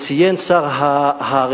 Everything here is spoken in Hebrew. ציין שר הרווחה,